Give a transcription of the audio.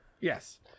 Yes